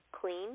clean